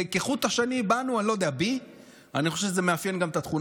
זה כחוט השני בנו, אני לא יודע, בי.